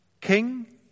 king